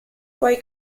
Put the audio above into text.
poi